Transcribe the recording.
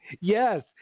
Yes